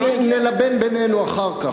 נלבן בינינו אחר כך.